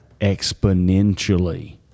exponentially